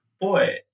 boy